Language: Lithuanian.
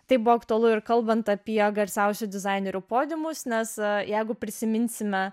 tai buvo aktualu ir kalbant apie garsiausių dizainerių podiumus nes jeigu prisiminsime